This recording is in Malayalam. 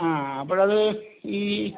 ആ അപ്പോഴത് ഈ